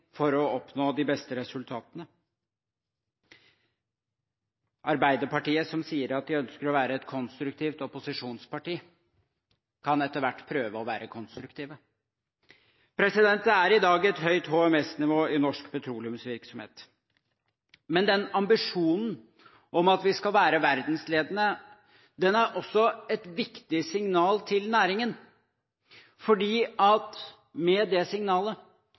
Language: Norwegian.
for å oppnå de beste resultatene. Arbeiderpartiet, som sier at de ønsker å være et konstruktivt opposisjonsparti, kan etter hvert prøve å være konstruktive. Det er i dag et høyt HMS-nivå i norsk petroleumsvirksomhet, men den ambisjonen om at vi skal være verdensledende, er også et viktig signal til næringen fordi med det signalet